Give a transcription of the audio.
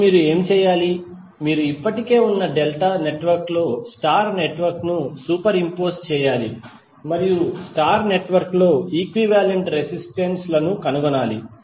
ఇప్పుడు మీరు ఏమి చేయాలి మీరు ఇప్పటికే ఉన్న డెల్టా నెట్వర్క్ లో స్టార్ నెట్వర్క్ ను సూపర్ ఇంపోస్ చేయాలి మరియు స్టార్ నెట్వర్క్ లో ఈక్వివాలెంట్ రెసిస్టెన్స్ లను కనుగొనాలి